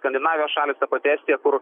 skandinavijos šalys ta pati estija kur